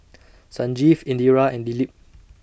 Sanjeev Indira and Dilip